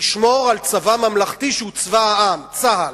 ולשמור על צבא ממלכתי שהוא צבא העם, צה"ל.